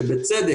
שבצדק,